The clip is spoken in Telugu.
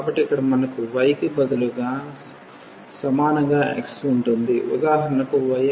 కాబట్టి ఇక్కడ మనకు y కి బదులుగా సమానంగా x ఉంటుంది ఉదాహరణకు y అనేది x2 రేఖకి సమానం